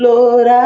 Lord